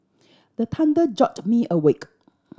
the thunder jolt me awake